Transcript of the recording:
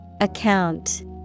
Account